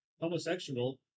homosexual